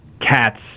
cats